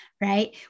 right